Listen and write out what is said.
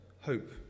hope